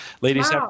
ladies